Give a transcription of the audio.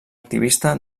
activista